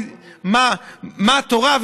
ומה התורה,